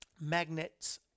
magnets